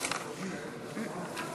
נתקבלו.